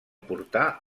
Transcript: portar